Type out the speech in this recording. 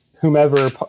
whomever